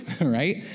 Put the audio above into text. right